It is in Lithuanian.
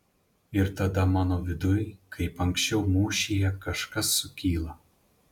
ir tada mano viduj kaip anksčiau mūšyje kažkas sukyla